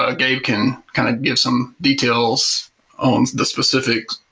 ah gabe can kind of give some details on the specifics,